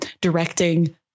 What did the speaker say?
directing